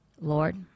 Lord